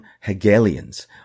Hegelians